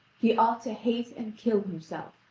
he ought to hate and kill himself.